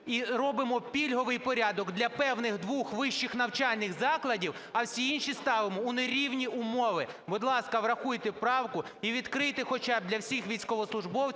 і робимо пільговий порядок для певних двох вищих навчальних закладів, а всі інші ставимо у нерівні умови. Будь ласка, врахуйте правку і відкрийте хоча б для всіх військовослужбовців